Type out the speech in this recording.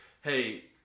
hey